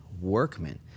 workmen